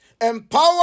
Empower